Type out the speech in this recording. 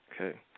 Okay